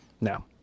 no